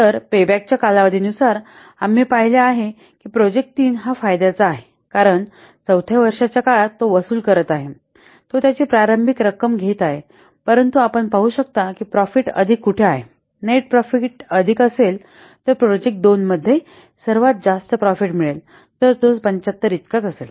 तर पेबॅकच्या कालावधीनुसार आम्ही पाहिले आहे की प्रोजेक्ट 3 हा फायद्याचा आहे कारण चवथ्या वर्षाच्या काळात तो वसूल करत आहे तो त्याची प्रारंभिक रक्कम घेत आहे परंतु आपण पाहू शकता की प्रॉफिट अधिक कुठे आहे नेट प्रॉफिट अधिक असेल तर प्रोजेक्ट 2 मध्ये सर्वात जास्त प्रॉफिट मिळेल तर तो 75 इतकाच असेल